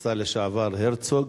השר לשעבר הרצוג.